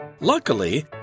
Luckily